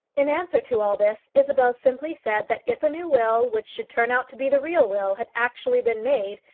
in answer to all this isabel simply said that if a new will, which should turn out to be the real will, had actually been made,